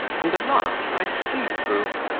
and the last i see through.